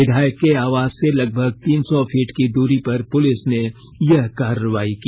विधायक के आवास से लगभग तीन सौ फीट की दूरी पर पुलिस ने यह कार्रवाई की